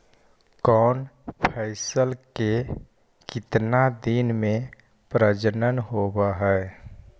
कौन फैसल के कितना दिन मे परजनन होब हय?